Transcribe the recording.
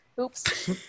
Oops